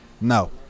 No